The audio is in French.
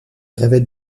rêvait